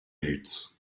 lutte